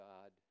God